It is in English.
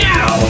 Now